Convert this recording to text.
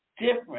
different